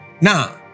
Now